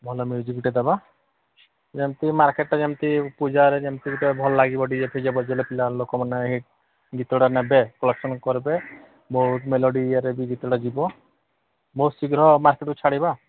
ଭଲ ମ୍ୟୁଜିକ୍ଟେ ଦେବା ଯେମିତି ମାର୍କେଟ୍ଟା ଯେମିତି ପୂଜାରେ ଯେମିତି ଗୁଟେ ଭଲ ଲାଗିବ ଟିକେ ପୂଜାରେ ଭଲ ଲାଗିବ ଲୋକମାନେ ଏଇ ଗୀତଟା ନେବେ କଲେକ୍ସନ୍ କରିବେ ବହୁତ ମେଲୋଡ଼ିରେ ବି ଗୀତଟା ଯିବ ବହୁତ ଶୀଘ୍ର ମାର୍କେଟ୍କୁ ଛାଡ଼ିବା